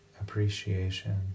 appreciation